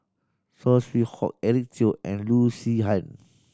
Saw Swee Hock Eric Teo and Loo Zihan